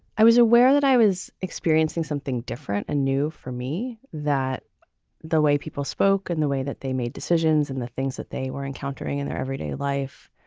i was aware that i was experiencing something different and new for me, that the way people spoke and the way that they made decisions and the things that they were encountering in their everyday life.